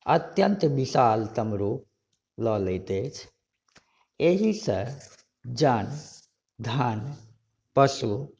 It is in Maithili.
अत्यन्त विशालतम रुप लऽ लैत अछि एहिसँ जन धन पशु